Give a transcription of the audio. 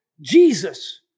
Jesus